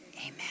Amen